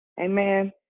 Amen